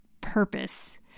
purpose